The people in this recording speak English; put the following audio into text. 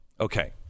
Okay